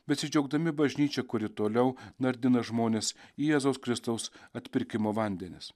besidžiaugdami bažnyčia kuri toliau nardina žmones į jėzaus kristaus atpirkimo vandenis